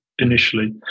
Initially